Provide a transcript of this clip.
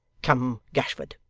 come, gashford